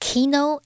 Kino